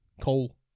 coal